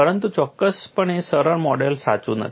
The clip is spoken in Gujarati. પરંતુ ચોક્કસપણે સરળ મોડેલ સાચું નથી